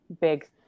big